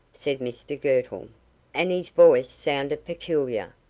said mr girtle and his voice sounded peculiar,